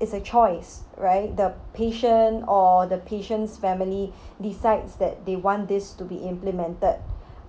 it's a choice right the patient or the patient's family decides that they want this to be implemented